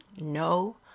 No